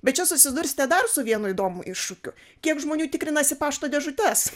bet čia susidursite dar su vienu įdomiu iššūkiu kiek žmonių tikrinasi pašto dėžutes